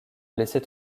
blesser